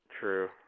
True